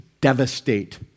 devastate